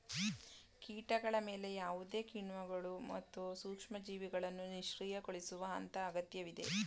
ಕೀಟಗಳ ಮೇಲೆ ಯಾವುದೇ ಕಿಣ್ವಗಳು ಮತ್ತು ಸೂಕ್ಷ್ಮಜೀವಿಗಳನ್ನು ನಿಷ್ಕ್ರಿಯಗೊಳಿಸುವ ಹಂತ ಅಗತ್ಯವಿದೆ